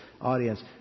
audience